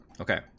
Okay